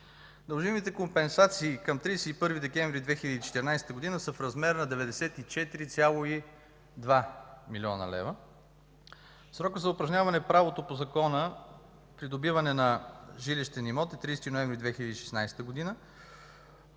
Дължимите компенсации към 31 декември 2014 г. са в размер на 94,2 млн. лв. Срокът за упражняване правото по Закона – придобиване на жилищен имот, е 30 ноември 2016 г.,